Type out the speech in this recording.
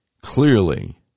Clearly